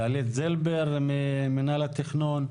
דלית זילבר ממינהל התכנון.